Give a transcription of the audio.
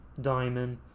Diamond